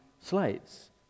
slaves